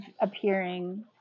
appearing